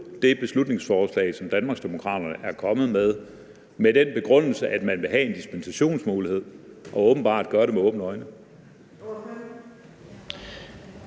det beslutningsforslag, som Danmarksdemokraterne er kommet med, med den begrundelse, at man vil have en dispensationsmulighed, og åbenbart gør det med åbne øjne?